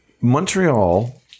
Montreal